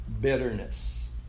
bitterness